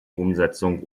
umsetzung